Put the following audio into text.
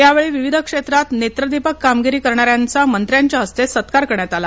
यावेळी विविध क्षेत्रात नेत्रदीपक कामगिरी करणाऱ्यांचा मंत्र्यांच्या हस्ते सत्कार करण्यात आला